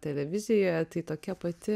televizijoje tai tokia pati